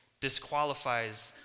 disqualifies